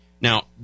Now